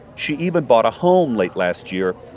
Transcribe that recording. she even bought a home late last year.